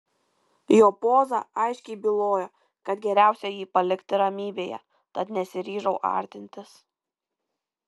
jo poza aiškiai bylojo kad geriausia jį palikti ramybėje tad nesiryžau artintis